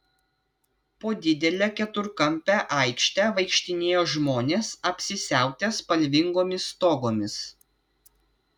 po didelę keturkampę aikštę vaikštinėjo žmonės apsisiautę spalvingomis togomis